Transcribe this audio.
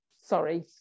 sorry